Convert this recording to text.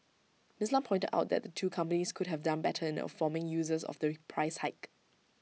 miss Lam pointed out that the two companies could have done better in informing users of the reprice hike